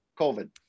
COVID